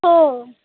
हो